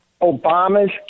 Obama's